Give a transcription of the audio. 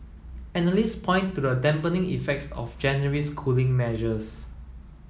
analysts point to the dampening effects of January's cooling measures